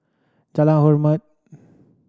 Jalan Hormat